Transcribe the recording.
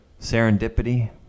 Serendipity